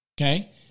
okay